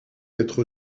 être